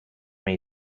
may